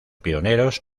pioneros